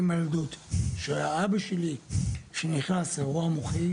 לאבא שלי היה אירוע מוחי